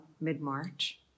mid-March